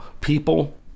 people